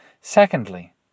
Secondly